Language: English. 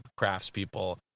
craftspeople